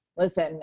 listen